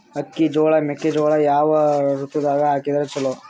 ಅಕ್ಕಿ, ಜೊಳ, ಮೆಕ್ಕಿಜೋಳ ಯಾವ ಋತುದಾಗ ಹಾಕಿದರ ಚಲೋ?